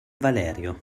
valerio